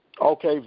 okay